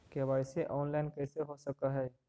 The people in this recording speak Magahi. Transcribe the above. के.वाई.सी ऑनलाइन कैसे हो सक है?